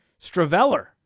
Straveller